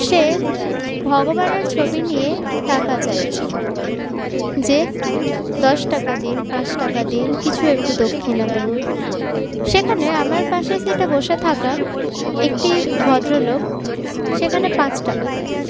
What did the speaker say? সে ভগবানের ছবি নিয়ে টাকা চাইছে যে দশ টাকা দিন পাঁচ টাকা দিন কিছু একটু দক্ষিণা দিন সেখানে আমার পাশের সিটে বসে থাকা একটি ভদ্রলোক সেখানে পাঁচ টাকা দেয়